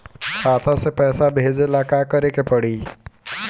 खाता से पैसा भेजे ला का करे के पड़ी?